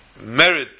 merit